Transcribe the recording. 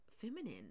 feminine